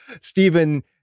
Stephen